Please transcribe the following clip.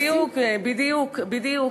בדיוק, בדיוק.